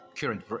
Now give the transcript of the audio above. current